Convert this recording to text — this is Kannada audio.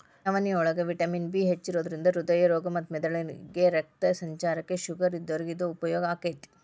ನವನಿಯೋಳಗ ವಿಟಮಿನ್ ಬಿ ಹೆಚ್ಚಿರೋದ್ರಿಂದ ಹೃದ್ರೋಗ ಮತ್ತ ಮೆದಳಿಗೆ ರಕ್ತ ಸಂಚಾರಕ್ಕ, ಶುಗರ್ ಇದ್ದೋರಿಗೆ ಇದು ಉಪಯೋಗ ಆಕ್ಕೆತಿ